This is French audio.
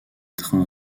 trains